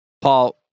Paul